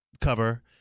cover